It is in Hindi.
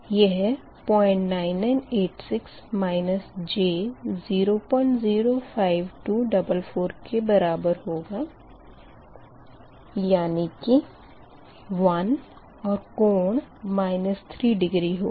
यह 09986 j005244 के बराबर होगा यानी कि 1 और कोण 3 डिग्री होगा